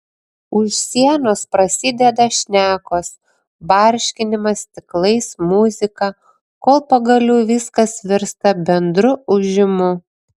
už sienos prasideda šnekos barškinimas stiklais muzika kol pagaliau viskas virsta bendru ūžimu